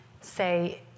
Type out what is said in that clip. say